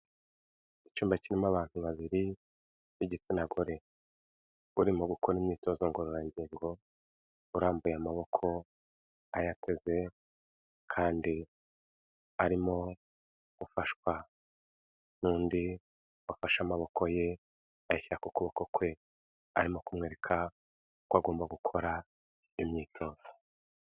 Icyumba kirimo abantu babiri b'igitsina gore, urimo gukora imyitozo ngororangingo urambuye amaboko ayateze kandi arimo gufashwa n'undi wafashe amaboko ye ayashyira ku kuboko kwe, arimo kumwereka uko agomba gukora iyo myitozo.